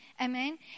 Amen